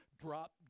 drop